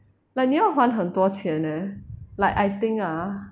like 你要还很多钱 leh like I think ah